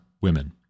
women